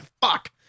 fuck